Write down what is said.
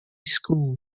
school